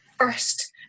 First